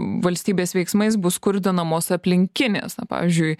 valstybės veiksmais bus skurdinamos aplinkinės pavyzdžiui